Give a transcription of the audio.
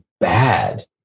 bad